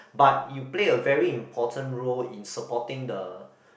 but you play a very important role in supporting the